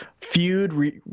feud